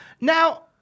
Now